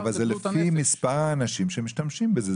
לא, אבל זה לפי שמשתמשים בזה.